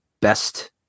best